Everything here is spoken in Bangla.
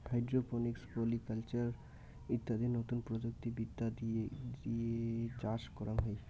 হাইড্রোপনিক্স, পলি কালচার ইত্যাদি নতুন প্রযুক্তি বিদ্যা দিয়ে চাষ করাঙ হই